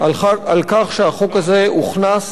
על כך שהחוק הזה הוכנס